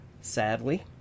Sadly